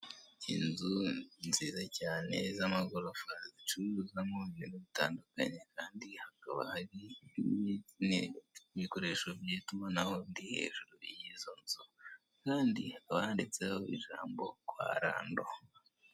Inzu nziza cyane z'amagorofa zicuruzamo ibintu bitandukanye kandi hakaba hari ibikoresho by'itumanaho ndi hejuru y'izo nzu kandi hakaba handitseho ijambo kwa Rando.